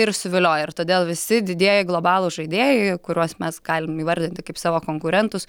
ir suvilioja ir todėl visi didieji globalūs žaidėjai kuriuos mes galim įvardinti kaip savo konkurentus